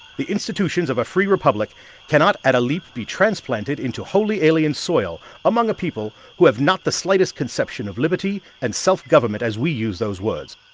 the institutions of a free republic cannot at a leap be transplanted into wholly alien soil among a people who have not the slightest conception of liberty and self-government as we use those words.